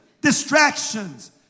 distractions